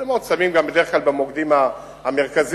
מצלמות שמים בדרך כלל במוקדים המרכזיים.